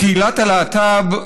קהילת הלהט"ב,